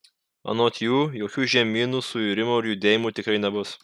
anot jų jokių žemynų suirimų ar judėjimų tikrai nebus